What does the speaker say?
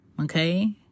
okay